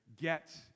get